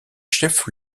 chef